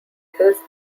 his